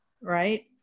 right